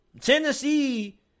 Tennessee